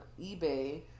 eBay